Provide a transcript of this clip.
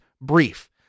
brief